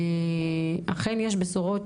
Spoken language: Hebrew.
אכן יש בשורות,